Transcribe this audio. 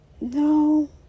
No